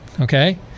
okay